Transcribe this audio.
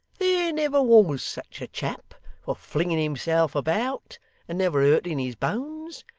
there never was such a chap for flinging himself about and never hurting his bones.